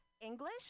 English